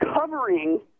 covering